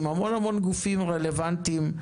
הרבה מאוד גופים רלוונטיים.